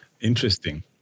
interesting